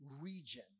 region